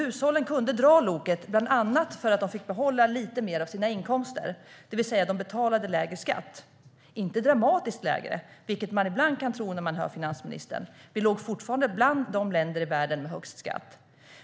Hushållen kunde dra loket bland annat för att de fick behålla lite mer av sina inkomster, det vill säga betalade lägre skatt - men inte dramatiskt lägre, vilket man ibland kan tro när man hör finansministern. Vi låg fortfarande bland de länder i världen som hade högst skatt.